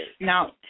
Now